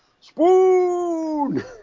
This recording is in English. Spoon